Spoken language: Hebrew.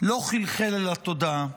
לא חלחל אל התודעה.